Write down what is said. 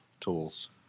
tools